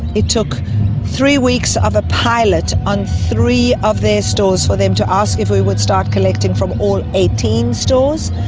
it took three weeks of a pilot on three of their stores for them to ask if we would start collecting from all eighteen stores,